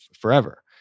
forever